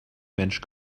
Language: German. mensch